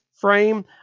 frame